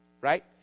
right